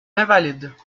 invalides